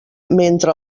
mentre